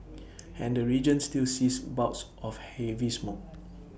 and the region still sees bouts of heavy smog